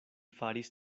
faris